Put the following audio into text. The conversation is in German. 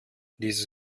dieses